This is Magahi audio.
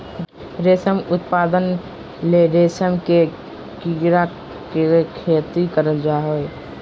रेशम उत्पादन ले रेशम के कीड़ा के खेती करल जा हइ